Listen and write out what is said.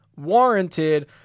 warranted